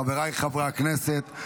חבריי חברי הכנסת,